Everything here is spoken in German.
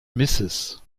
mrs